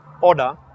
order